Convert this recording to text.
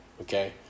Okay